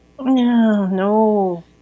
No